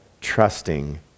trusting